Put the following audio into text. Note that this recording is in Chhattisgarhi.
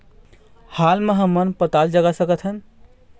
हाल मा हमन पताल जगा सकतहन?